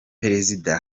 perezida